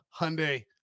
Hyundai